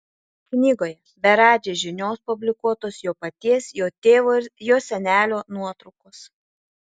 knygoje be radži žinios publikuotos jo paties jo tėvo jo senelio nuotraukos